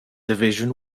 division